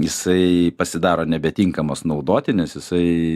jisai pasidaro nebetinkamas naudoti nes jisai